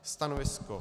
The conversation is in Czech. Stanovisko?